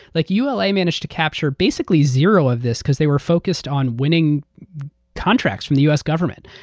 like ula managed to capture basically zero of this because they were focused on winning contracts from the us government.